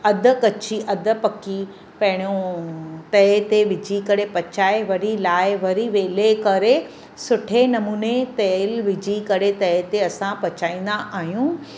अधि कची अधि पकी पहिरियों तए ते विझी करे पचाए वरी लाहे वरी वेले करे सुठे नमूने तेल विझी करे तए ते असां पचाईंदा आहियूं